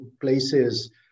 places